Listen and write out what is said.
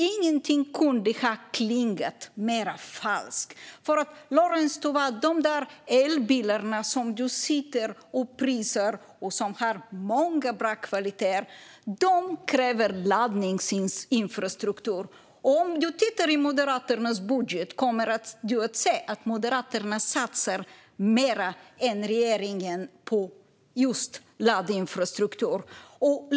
Ingenting kunde ha klingat mer falskt. För, Lorentz Tovatt, de där elbilarna som du prisar och som har många bra kvaliteter kräver laddinfrastruktur. Om du tittar i Moderaternas budget kommer du att se att Moderaterna satsar mer än regeringen på just laddinfrastruktur.